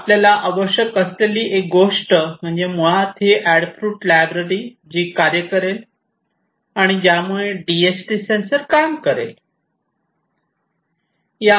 तर आपल्याला आवश्यक असलेली एक गोष्ट म्हणजे मुळात ही अॅडफ्रूट लायब्ररी जी कार्य करेल आणि ज्यामुळे डीएचटी सेन्सर काम करेल